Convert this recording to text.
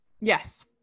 Yes